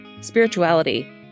spirituality